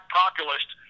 populist